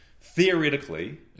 Theoretically